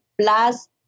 plus